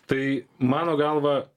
tai mano galva